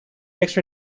extra